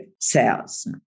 cells